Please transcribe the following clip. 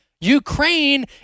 Ukraine